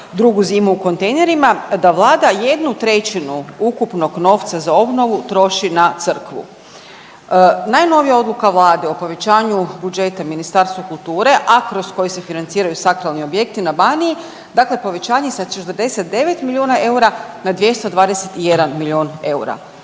drugu zimu u kontejnerima da Vlada 1/3 ukupnog novca za obnovu troši na crkvu. Najnovija odluka Vlade o povećanju budžeta Ministarstvu kulture, a kroz koji se financiraju sakralni objekti na Baniji dakle povećanje sa 49 milijuna eura na 221 milion eura.